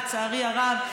לצערי הרב,